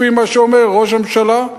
לפי מה שאומר ראש הממשלה.